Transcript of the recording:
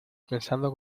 pensando